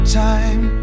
time